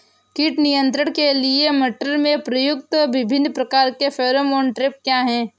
कीट नियंत्रण के लिए मटर में प्रयुक्त विभिन्न प्रकार के फेरोमोन ट्रैप क्या है?